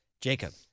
Jacob